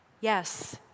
yes